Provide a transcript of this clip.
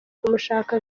kumushaka